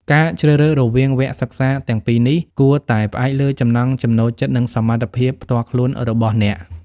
ការជ្រើសរើសរវាងវគ្គសិក្សាទាំងពីរនេះ គួរតែផ្អែកលើចំណង់ចំណូលចិត្ត និងសមត្ថភាពផ្ទាល់ខ្លួនរបស់អ្នក